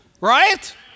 right